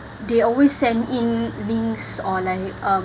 they always send in links on like um